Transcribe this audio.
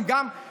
אני לא מבין,